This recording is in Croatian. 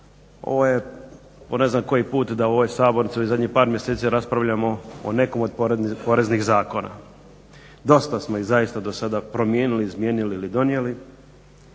Ovo je po ne znam koji put da u ovoj sabornici u ovih zadnjih par mjeseci raspravljamo o nekom od poreznih zakona. Dosta smo ih zaista do sada promijenili, izmijenili ili donijeli